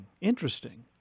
Interesting